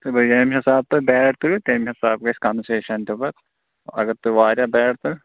بیٚیہِ ییٚمہِ حِسابہٕ تُہۍ بیٹ تُلِو تَمہِ حِسابہٕ گژھِ کَنسیشَن تہِ پَتہٕ اَگر تُہۍ واریاہ بیٹ تُلِو